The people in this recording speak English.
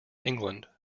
england